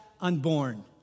unborn